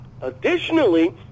Additionally